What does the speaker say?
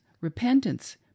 repentance